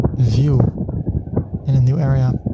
view in a new area,